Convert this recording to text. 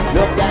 Look